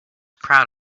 proud